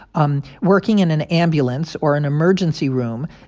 um working in an ambulance or an emergency room,